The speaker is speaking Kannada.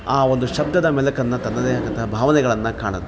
ಆ ಒಂದು ಶಬ್ದದ ಮೆಲುಕನ್ನ ತನ್ನದೇ ಆದಂಥ ಭಾವನೆಗಳನ್ನು ಕಾಣುತ್ತೆ